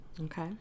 Okay